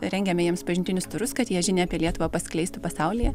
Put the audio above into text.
rengiame jiems pažintinius turus kad jie žinią apie lietuvą paskleistų pasaulyje